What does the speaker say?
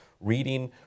reading